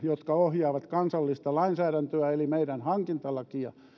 jotka ohjaavat kansallista lainsäädäntöä eli meidän hankintalakia